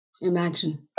Imagine